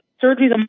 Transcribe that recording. surgery